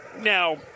Now